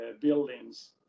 buildings